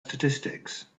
statistics